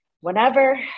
Whenever